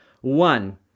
one